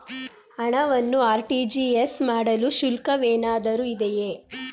ಹಣವನ್ನು ಆರ್.ಟಿ.ಜಿ.ಎಸ್ ಮಾಡಲು ಶುಲ್ಕವೇನಾದರೂ ಇದೆಯೇ?